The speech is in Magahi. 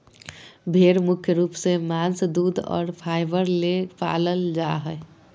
भेड़ मुख्य रूप से मांस दूध और फाइबर ले पालल जा हइ